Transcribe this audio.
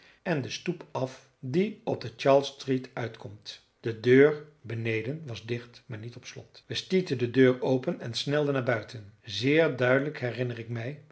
en de stoep af die op de charles street uitkomt de deur beneden was dicht maar niet op slot wij stieten de deur open en snelden naar buiten zeer duidelijk herinner ik mij